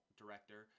director